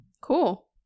Cool